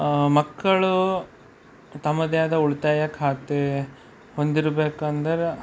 ಮಕ್ಕಳು ತಮ್ಮದೇ ಆದ ಉಳಿತಾಯ ಖಾತೆ ಹೊಂದಿರಬೇಕೆಂದರೆ